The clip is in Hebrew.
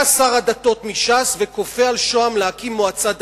בא שר הדתות מש"ס וכופה על שוהם להקים מועצה דתית.